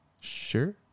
Sure